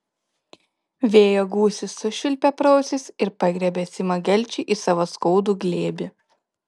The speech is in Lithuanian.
vėjo gūsis sušvilpė pro ausis ir pagriebė simą gelčį į savo skaudų glėbį